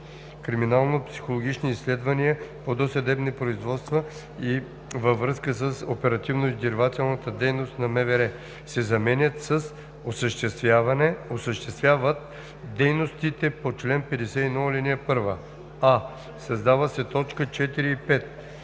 криминалнопсихологични изследвания по досъдебни производства и във връзка с оперативно издирвателната дейност на МВР“ се заменят с „осъществяват дейностите по чл. 51, ал. 1“; в) създават се т. 4 и 5: